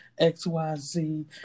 xyz